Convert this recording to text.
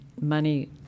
money